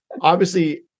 Obviously-